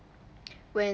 when